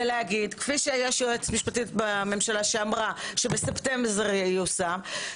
ולהגיד: כפי שיש יועצת משפטית לממשלה שאמרה שבספטמבר זה ייושם,